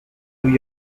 new